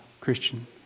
Christian